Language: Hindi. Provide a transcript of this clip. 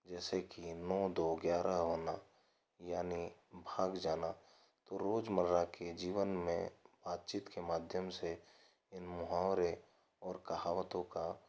जैसे कि नौ दो ग्यारह होना यानि भाग जाना तो रोजमर्रा के जीवन में बातचीत के माध्यम से इन मुहावरें और कहावतों का